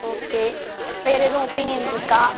okay வேறு எதுவும் opinions இருக்கா